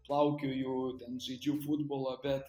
plaukioju ten žaidžiu futbolą bet